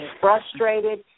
frustrated